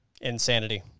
Insanity